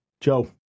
Joe